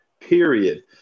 period